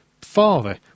father